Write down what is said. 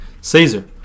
Caesar